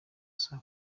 saa